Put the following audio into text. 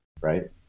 right